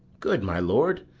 good my lord,